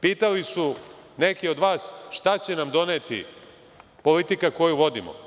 Pitali su neki od vas, šta će nam doneti politika koju vodimo.